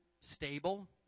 stable